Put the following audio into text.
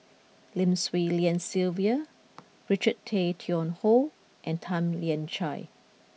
Lim Swee Lian Sylvia Richard Tay Tian Hoe and Tan Lian Chye